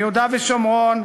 ביהודה ושומרון,